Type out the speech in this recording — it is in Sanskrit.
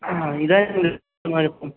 हा इदानीमेव गृहमागतम्